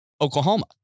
Oklahoma